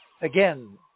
again